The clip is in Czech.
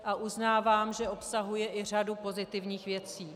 A uznávám, že obsahuje i řadu pozitivních věcí.